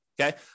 Okay